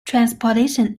transportation